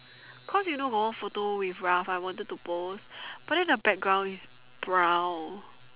cause you know got one photo with Ralph I wanted to post but then the background is brown